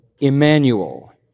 Emmanuel